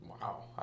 Wow